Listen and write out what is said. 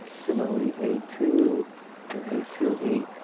similarly a two and a two e.